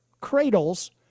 cradles